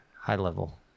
high-level